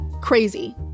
crazy